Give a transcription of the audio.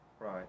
Right